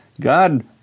God